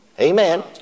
Amen